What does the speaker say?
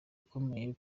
ukomeye